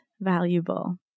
valuable